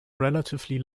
relatively